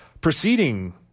Proceeding